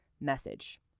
message